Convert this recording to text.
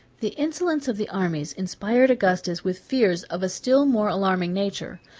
the insolence of the armies inspired augustus with fears of a still more alarming nature.